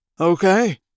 Okay